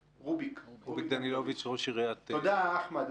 תודה, אחמד.